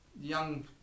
young